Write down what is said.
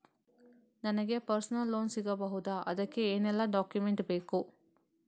ನನಗೆ personal loan ಸಿಗಬಹುದ ಅದಕ್ಕೆ ಏನೆಲ್ಲ ಡಾಕ್ಯುಮೆಂಟ್ ಬೇಕು?